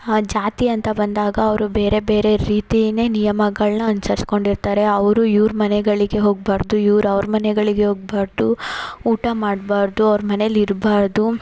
ಜಾತಿ ಅಂತ ಬಂದಾಗ ಅವರು ಬೇರೆ ಬೇರೆ ರೀತಿಯೇ ನಿಯಮಗಳನ್ನ ಅನ್ಸಿರ್ಸ್ಕೊಂಡಿರ್ತಾರೆ ಅವರು ಇವ್ರು ಮನೆಗಳಿಗೆ ಹೋಗ್ಬಾರ್ದು ಇವ್ರು ಅವ್ರ ಮನೆಗಳಿಗೆ ಹೋಗ್ಬಾರ್ದು ಊಟ ಮಾಡಬಾರ್ದು ಅವ್ರ ಮನೇಲಿರಬಾರ್ದು